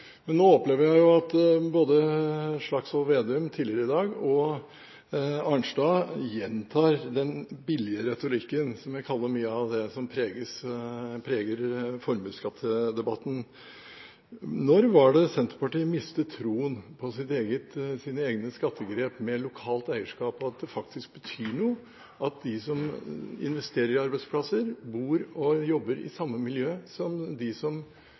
Men nå opplever jeg at både Slagsvold Vedum tidligere i dag og Arnstad gjentar den billige retorikken, som jeg kaller mye av det som preger formuesskattdebatten. Når var det Senterpartiet mistet troen på sine egne skattegrep med lokalt eierskap, og at det faktisk betyr noe at de som investerer i arbeidsplasser, bor og jobber i samme miljø som de som